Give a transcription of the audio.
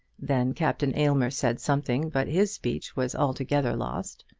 then captain aylmer said something, but his speech was altogether lost.